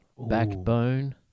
Backbone